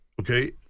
Okay